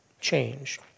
change